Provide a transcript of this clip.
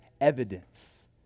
evidence